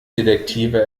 detektive